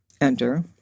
enter